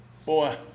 Boy